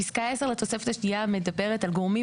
פסקה (10) לתוספת השנייה מדברת על גורמים